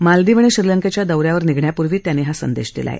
मालदीव अणि श्रीलंकेच्या दौ यावर निघण्यापूर्वी त्यांनी हा संदेश दिला आहे